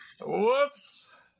Whoops